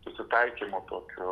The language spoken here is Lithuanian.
susitaikymu tokiu